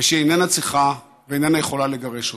ושהיא איננה צריכה ואיננה יכולה לגרש אותם.